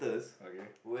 okay